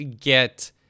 get